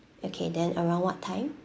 okay then around what time